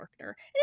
character